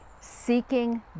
seeking